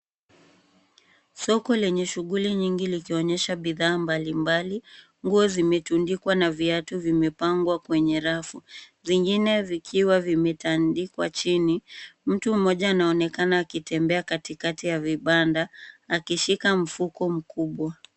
Soko lenye shughuli nyingi likionyesha bidhaa mbali mbali, nguo zimetundikwa na viatu vimepangwa kwenye rafu. Zingine zikiwa zimetandikwa chini, Mtu Mmoja anaonekana akitembea katikati ya vibanda, akishika mfuko mkubwa.